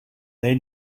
they